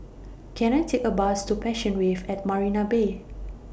Can I Take A Bus to Passion Wave At Marina Bay